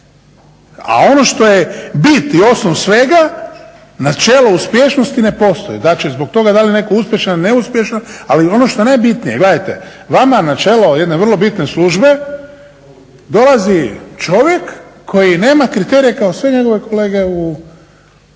A ono što je bit i osnov svega, načelo uspješnosti ne postoji, znači zbog toga da li je netko uspješan ili neuspješan. Ali ono što je najbitnije, gledajte, vama na čelo jedne vrlo bitne službe dolazi čovjek koji nema kriterije kao sve njegove kolege u